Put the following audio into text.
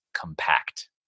compact